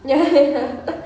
ya ya